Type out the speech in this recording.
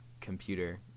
computer